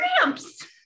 cramps